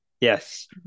Yes